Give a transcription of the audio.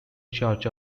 church